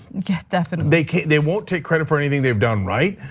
yes, definitely. they they won't take credit for anything they've done right.